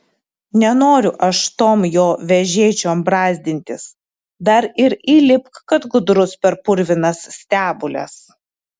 nenoriu aš tom jo vežėčiom brazdintis dar ir įlipk kad gudrus per purvinas stebules